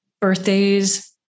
birthdays